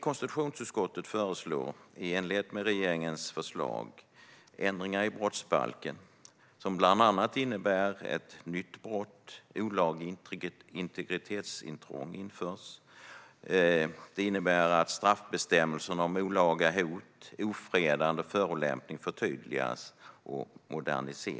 Konstitutionsutskottet föreslår också, i enlighet med regeringens förslag, ändringar i brottsbalken som bland annat innebär att en ny brottsrubricering, olaga integritetsintrång, införs. Det innebär att straffbestämmelserna om olaga hot, ofredande och förolämpning förtydligas och moderniseras.